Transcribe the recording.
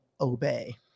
obey